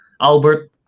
albert